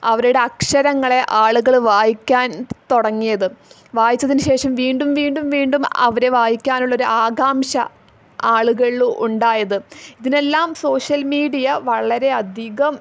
അവരുടെ അക്ഷരങ്ങളെ ആളുകൾ വായിക്കാൻ തുടങ്ങിയതും വായിച്ചതിന് ശേഷം വീണ്ടും വീണ്ടും വീണ്ടും അവരെ വായിക്കാനുള്ളൊരാകാംക്ഷ ആളുകളിൽ ഉണ്ടായതും ഇതിനെല്ലാം സോഷ്യൽ മീഡിയ വളരെ അധികം